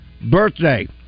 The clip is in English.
birthday